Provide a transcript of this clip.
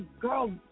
Girl